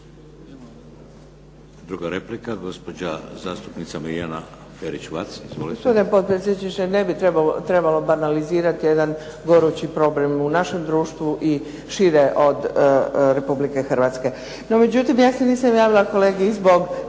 Druga replika, gospođa zastupnica Mirjana Ferić Vac.